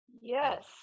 Yes